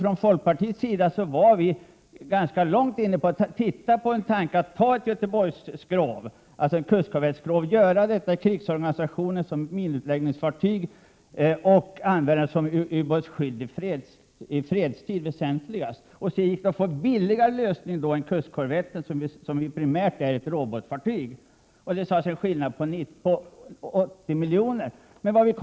Från folkpartiets sida prövade vi inför 1987 tanken att utgående från Göteborgsskrov, dvs. ett kustkorvettskrov, få fram ett fartyg med huvudsaklig inriktning som minfartyg i krig och ubåtsjaktfartyg i fred. Det skulle bli en billigare lösning än kustkorvetten, som primärt är ett robotfartyg — marinen anger att det var en skillnad på 80 miljoner per fartyg.